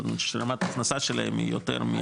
זאת אומרת שרמת ההכנסה שלהם היא יותר מהמינימאלי.